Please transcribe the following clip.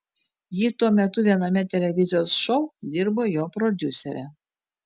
ji tuo metu viename televizijos šou dirbo jo prodiusere